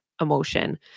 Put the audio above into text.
emotion